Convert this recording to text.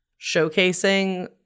showcasing